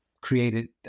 created